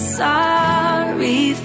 sorry